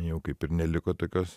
jau kaip ir neliko tokios